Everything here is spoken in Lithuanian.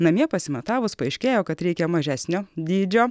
namie pasimatavus paaiškėjo kad reikia mažesnio dydžio